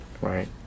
right